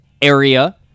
Area